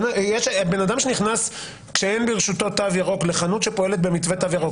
בן אדם שנכנס כשאין ברשותו תו ירוק לחנות שפועלת במתווה תו ירוק,